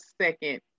second